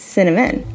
Cinnamon